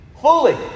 Fully